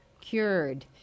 cured